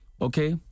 Okay